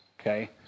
Okay